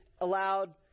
allowed